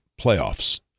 playoffs